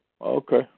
Okay